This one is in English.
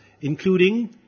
including